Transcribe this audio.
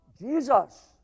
Jesus